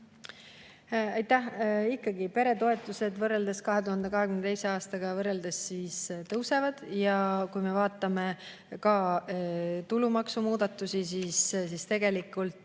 Aitäh! Ikkagi peretoetused 2022. aastaga võrreldes tõusevad ja kui me vaatame ka tulumaksumuudatusi, siis tegelikult